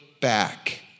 back